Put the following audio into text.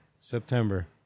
September